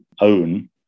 own